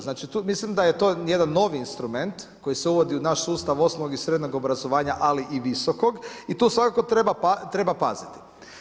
Znači, tu mislim da je to jedan novi instrument, koji se uvodi u naš sustav osnovnog i srednjeg obrazovanja ali i visokog i tu svakako treba paziti.